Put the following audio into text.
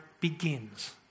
begins